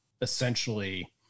essentially